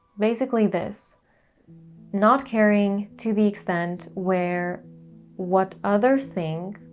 basically this not caring to the extent where what others think,